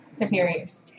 superiors